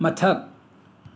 ꯃꯊꯛ